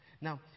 Now